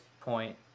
point